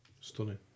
Stunning